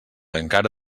encara